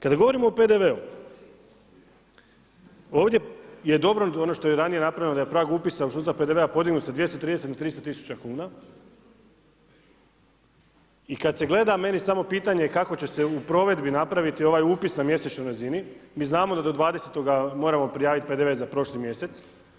Kada govorimo o PDV-u, ovdje je dobro, ono što je ranije napravljeno, da je prag upisa u sustav PDV-a, podignut sa 230 na 300 tisuća kuna i kada se gleda, meni je samo pitanje, kako će se u provedbi napraviti ovaj upis na mjesečnoj razini, mi znamo da do 20.-toga moramo prijaviti PDV za prošli mjesec.